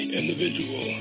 individual